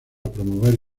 promover